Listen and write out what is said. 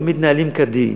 לא מתנהלים כדין,